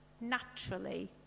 naturally